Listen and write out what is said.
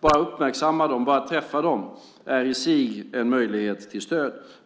Bara att uppmärksamma dem, bara att träffa dem är i sig en möjlighet till stöd.